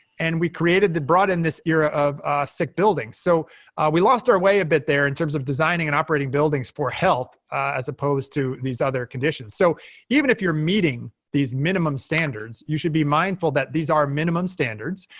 and we created the brought in this era of sick buildings. so we lost our way a bit there in terms of designing and operating buildings for health as opposed to these other conditions. so even if you're meeting these minimum standards, you should be mindful that these are minimum standards,